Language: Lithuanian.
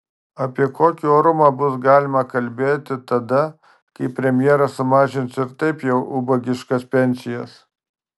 apie kokį orumą bus galima kalbėti tada kai premjeras sumažins ir taip jau ubagiškas pensijas